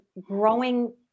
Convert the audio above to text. growing